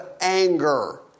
anger